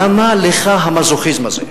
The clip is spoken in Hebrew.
למה לך המזוכיזם הזה?